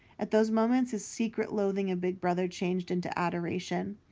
at those moments his secret loathing of big brother changed into adoration,